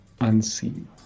unseen